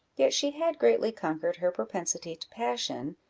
yet she had greatly conquered her propensity to passion,